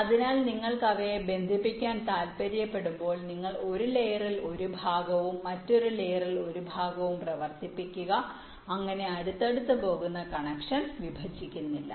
അതിനാൽ നിങ്ങൾക്ക് അവയെ ബന്ധിപ്പിക്കാൻ താൽപ്പര്യപ്പെടുമ്പോൾ നിങ്ങൾ ഒരു ലയേറിൽ ഒരു ഭാഗവും മറ്റൊരു ലയേറിൽ ഒരു ഭാഗവും പ്രവർത്തിപ്പിക്കുക അങ്ങനെ അടുത്തടുത്ത് പോകുന്ന കണക്ഷൻ വിഭജിക്കുന്നില്ല